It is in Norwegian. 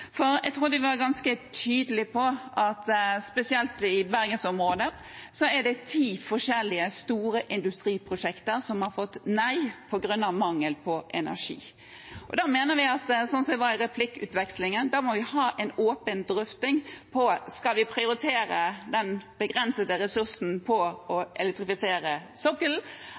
var ganske tydelige på at spesielt i bergensområdet er det ti forskjellige store industriprosjekter som har fått nei på grunn av mangel på energi. Da mener vi, slik som ble sagt i replikkutvekslingen, at da vi må ha en åpen drøfting på om vi skal prioritere den begrensede ressursen på å elektrifisere sokkelen,